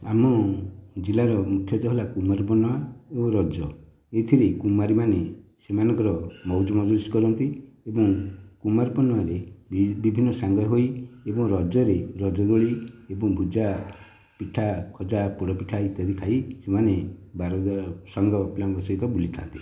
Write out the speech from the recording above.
ଆମ ଜିଲ୍ଲାର ମୁଖ୍ୟତଃ ହେଲା କୁମାର ପୁର୍ଣିମା ଓ ରଜ ଏଥିରେ କୁମାରୀମାନେ ସେମାନଙ୍କର ମଉଜ ମଜଲିସ କରନ୍ତି ଏବଂ କୁମାରପୂର୍ଣ୍ଣିମାରେ ବିଭିନ୍ନ ସାଙ୍ଗ ହୋଇ ଏବଂ ରଜରେ ରଜ ଦୋଳି ଏବଂ ଗୁଜାପିଠା ଖଜା ପୋଡ଼ପିଠା ଇତ୍ୟାଦି ଖାଇ ଏମାନେ ବାରଦୁଆର ସାଙ୍ଗ ପିଲାଙ୍କ ସହିତ ବୁଲିଥାନ୍ତି